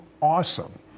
Awesome